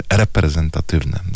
reprezentatywne